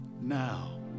now